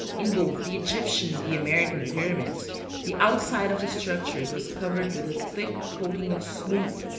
in both the egyptian the american pyramids the outside of the structures was covered with a thick coating of smooth,